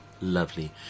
lovely